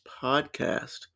Podcast